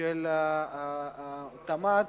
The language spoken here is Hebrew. של התמ"ת